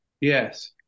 Yes